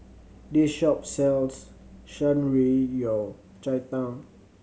this shop sells Shan Rui Yao Cai Tang